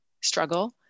struggle